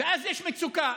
ואז יש מצוקה.